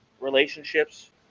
relationships